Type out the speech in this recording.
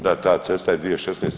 Da, ta cesta je 2016.